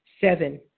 Seven